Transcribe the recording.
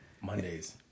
Mondays